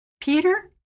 Peter